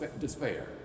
despair